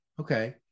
Okay